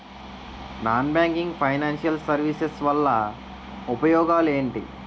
Non banking financial services వల్ల ఉపయోగాలు ఎంటి?